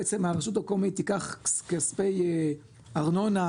הרשות המקומית תיקח כספי ארנונה,